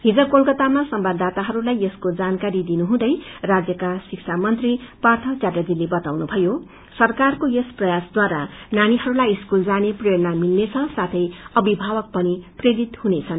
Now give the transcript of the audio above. हिज कोलकातामा संवाददाताहरूलाई यसको जानकारी दिनुहुँदै राज्यका शिक्षा मंत्री पार्य च्याटर्जीले बताउनुषयो सरकारको यस प्रयासबारा नानीहरूलाई स्कूल जाने प्रेरणा मिल्नेछ साथै अभिभावकहरूपनि प्रेरित हुनेछन्